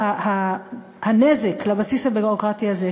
הנזק לבסיס הדמוקרטי הזה,